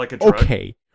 Okay